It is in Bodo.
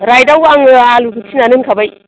राइदआव आङो आलुखौ थिना दोनखाबाय